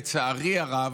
לצערי הרב,